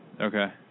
Okay